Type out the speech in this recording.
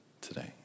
today